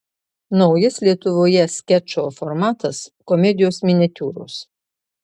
naujas lietuvoje skečo formatas komedijos miniatiūros